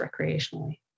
recreationally